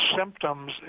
symptoms